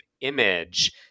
image